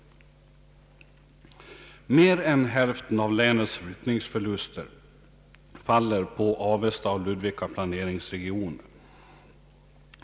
Mer än hälften av länets flyttningsförluster faller på Avesta och Ludvika planeringsregioner.